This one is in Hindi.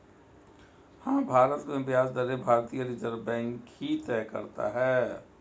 हाँ, भारत में ब्याज दरें भारतीय रिज़र्व बैंक ही तय करता है